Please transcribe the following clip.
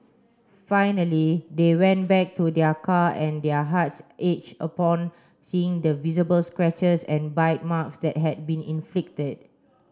finally they went back to their car and their hearts ached upon seeing the visible scratches and bite marks that had been inflicted